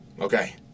Okay